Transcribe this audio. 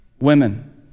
Women